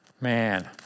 man